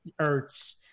Ertz